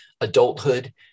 adulthood